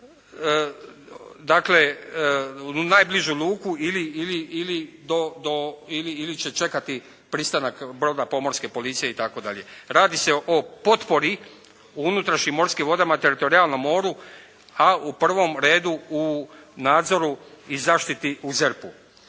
dakle u najbližu luku ili do, ili će čekati pristanak broda pomorske policije itd. Radi se o potpori u unutrašnjim morskim vodama teritorijalnom moru, a u prvom redu u nadzoru i zaštiti u ZERP-u.